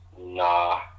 Nah